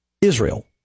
Israel